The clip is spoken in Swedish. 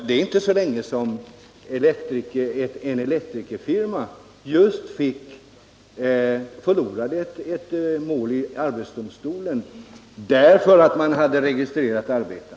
Det är inte så länge sedan en elektrikerfirma förlorade ett mål i arbetsdomstolen därför att den hade registrerat arbetare.